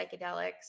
psychedelics